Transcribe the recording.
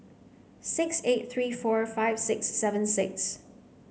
six eight three four five six seven six